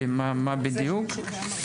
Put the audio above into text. כן.